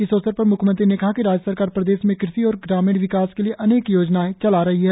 इस अवसर पर म्ख्यमंत्री ने कहा कि राज्य सरकार प्रदेश में कृषि और ग्रामीण विकास के लिए अनेक योजनाएं चला रही है